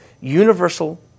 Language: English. universal